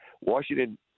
Washington